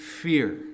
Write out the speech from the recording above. fear